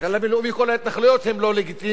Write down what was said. על-פי הכלל הבין-לאומי כל ההתנחלויות הן לא לגיטימיות,